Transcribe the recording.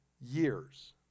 years